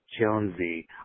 Jonesy